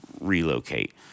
relocate